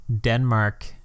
Denmark